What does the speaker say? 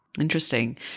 Interesting